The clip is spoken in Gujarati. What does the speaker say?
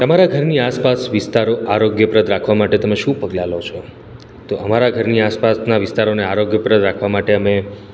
તમારા ઘરની આસપાસ વિસ્તારો આરોગ્યપ્રદ રાખવા માટે તમે શું પગલાં લો છો તો અમારા ઘરની આસપાસના વિસ્તારોને આરોગ્યપ્રદ રાખવા માટે અમે